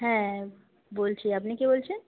হ্যাঁ বলছি আপনি কে বলছেন